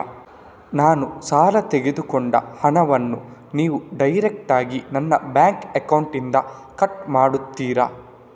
ನಾನು ಸಾಲ ತೆಗೆದುಕೊಂಡ ಹಣವನ್ನು ನೀವು ಡೈರೆಕ್ಟಾಗಿ ನನ್ನ ಬ್ಯಾಂಕ್ ಅಕೌಂಟ್ ಇಂದ ಕಟ್ ಮಾಡ್ತೀರಾ?